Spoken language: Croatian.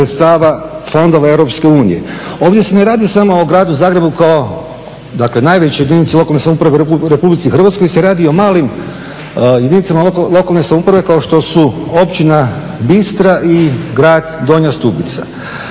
sredstava fondova EU. Ovdje se ne radi samo o gradu Zagrebu kao dakle najvećoj jedinici lokalne samouprave u Republici Hrvatskoj se radi o malim jedinicama lokalne samouprave kao što su općina Bistra i grad Donja Stubica.